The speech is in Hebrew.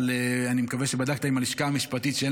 אבל אני מקווה שבדקת עם הלשכה המשפטית שאין